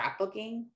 scrapbooking